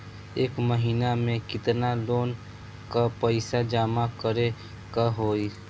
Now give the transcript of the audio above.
एक महिना मे केतना लोन क पईसा जमा करे क होइ?